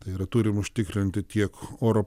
tai yra turim užtikrinti tiek oro